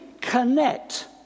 connect